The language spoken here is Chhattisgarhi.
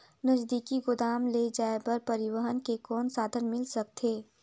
नजदीकी गोदाम ले जाय बर परिवहन के कौन साधन मिल सकथे?